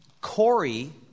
Corey